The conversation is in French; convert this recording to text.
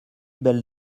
belle